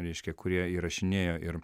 reiškia kurie įrašinėjo ir